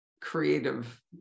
creative